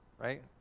right